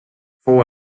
fou